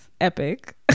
epic